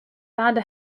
wanda